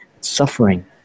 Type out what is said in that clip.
suffering